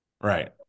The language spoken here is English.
Right